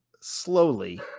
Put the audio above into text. slowly